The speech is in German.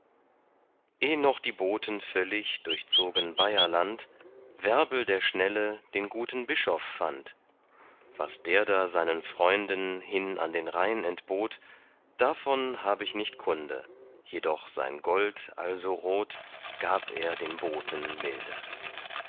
eh noch die boten völlig durchzogen bayerland werbel der schnelle den guten bischof fand was der da seinen freunden hin an den rhein entbot davon hab ich nicht kunde jedoch sein gold also rot gab er den boten milde